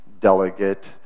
delegate